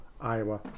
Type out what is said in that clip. iowa